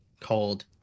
called